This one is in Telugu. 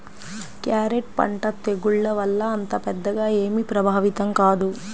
క్యారెట్ పంట తెగుళ్ల వల్ల అంత పెద్దగా ఏమీ ప్రభావితం కాదు